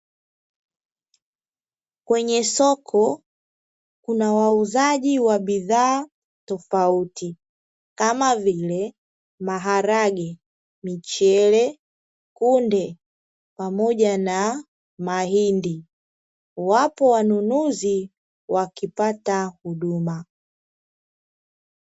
Kwenye soko kuna wauzaji wa bidhaa tofauti kama vile maharage, michele, kunde pamoja na mahindi, wapo wanunuzi wakipata huduma.